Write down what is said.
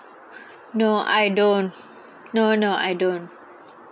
no I don't no no I don't